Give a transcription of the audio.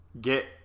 get